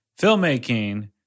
filmmaking